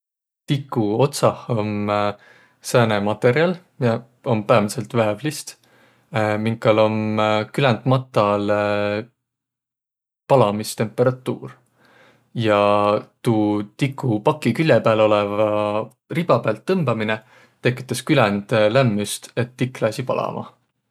Tiku otsah om sääne matõrjal, miä om päämädselt väävlist, minkal om küländ matal palamistemperatuur. Ja tuu tikupaki küle pääl olõva riba päält tõmbaminõ tekütäs küländ lämmüst, et tikk lääsiq palama.